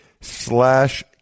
slash